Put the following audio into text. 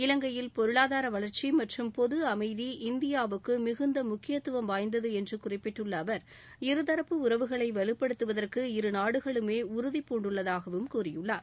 இலங்கையில் பொருளாதார வளர்ச்சி மற்றும் பொது அமைதி இந்தியாவுக்கு மிகுந்த முக்கியத்துவம் வாய்ந்தது என்றும் குறிப்பிட்டுள்ள அவர் இருதரப்பு உறவுகளை வலுப்படுத்துவதற்கு இருநாடுகளுமே உறுதி பூண்டுள்ளதாகவும் கூறியுள்ளார்